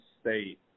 State